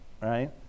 right